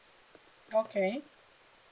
okay